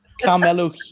Carmelo